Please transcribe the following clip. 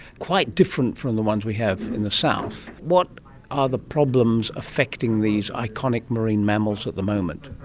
quite different from the ones we have in the south. what are the problems affecting these iconic marine mammals at the moment?